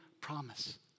promise